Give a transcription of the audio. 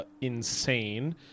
insane